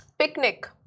picnic